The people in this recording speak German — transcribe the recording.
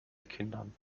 kindern